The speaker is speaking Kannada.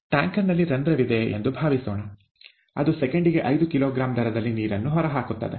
ಟ್ಯಾಂಕರ್ ನಲ್ಲಿ ರಂಧ್ರವಿದೆ ಎಂದು ಭಾವಿಸೋಣ ಅದು ಸೆಕೆಂಡಿಗೆ ಐದು ಕಿಲೋಗ್ರಾಂ ದರದಲ್ಲಿ ನೀರನ್ನು ಹೊರಹಾಕುತ್ತದೆ